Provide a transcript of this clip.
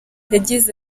yagize